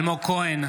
אלמוג כהן,